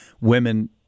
women